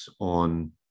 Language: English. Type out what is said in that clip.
on